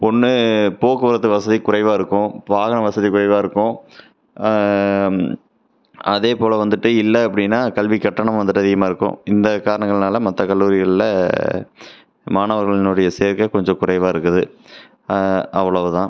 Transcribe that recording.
ஒன்று போக்குவரத்து வசதி குறைவாக இருக்கும் வாகன வசதி குறைவாக இருக்கும் அதேபோல் வந்துவிட்டு இல்லை அப்படின்னா கல்விக் கட்டணம் வந்துவிட்டு அதிகமாக இருக்கும் இந்த காரணங்களினால மற்ற கல்லூரிகளில் மாணவர்களினுடைய சேர்க்கை கொஞ்சம் குறைவாக இருக்குது அவ்வளவு தான்